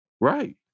Right